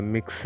Mix